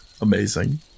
Amazing